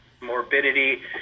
morbidity